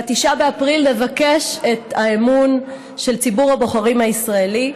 ב-9 באפריל נבקש את האמון של ציבור הבוחרים הישראלי,